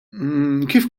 kif